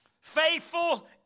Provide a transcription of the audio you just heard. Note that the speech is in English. Faithful